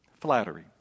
Flattery